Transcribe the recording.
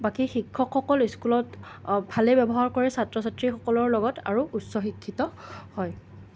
বাকী শিক্ষকসকল স্কুলত ভালে ব্যৱহাৰ কৰে ছাত্ৰ ছাত্ৰীসকলৰ লগত আৰু উচ্চ শিক্ষিত হয়